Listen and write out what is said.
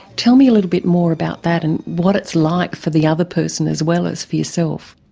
tell me a little bit more about that and what it's like for the other person as well as for yourself.